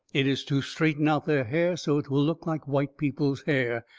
it is to straighten out their hair so it will look like white people's hair.